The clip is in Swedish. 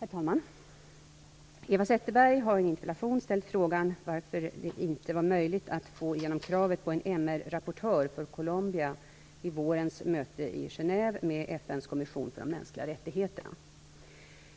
Herr talman! Eva Zetterberg har i en interpellation ställt frågan varför det inte var möjligt att få igenom kravet på en MR-rapportör för Colombia vid vårens möte i Genève med FN:s kommission för de mänskliga rättigheterna.